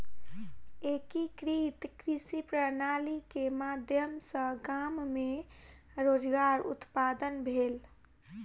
एकीकृत कृषि प्रणाली के माध्यम सॅ गाम मे रोजगार उत्पादन भेल